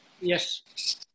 Yes